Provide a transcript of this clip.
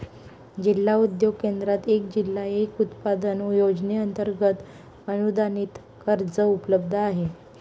जिल्हा उद्योग केंद्रात एक जिल्हा एक उत्पादन योजनेअंतर्गत अनुदानित कर्ज उपलब्ध आहे